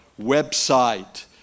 website